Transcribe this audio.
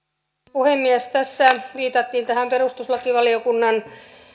puhemies tässä viitattiin tähän perustuslakivaliokunnan